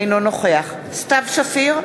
אינו נוכח סתיו שפיר,